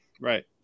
Right